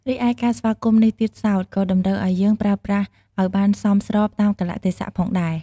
រីឯការស្វាគមន៍នេះទៀតសោត ក៏តម្រូវឲ្យយើងប្រើប្រាស់ឱ្យបានសមស្របតាមកាលៈទេសៈផងដែរ។